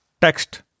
text